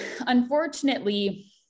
unfortunately